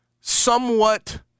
somewhat